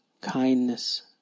kindness